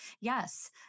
yes